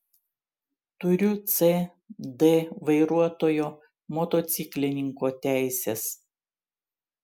turiu c d vairuotojo motociklininko teises